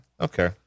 okay